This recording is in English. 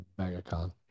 MegaCon